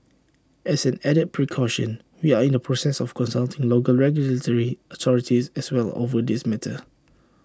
as an added precaution we are in the process of consulting local regulatory authorities as well over this matter